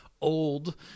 old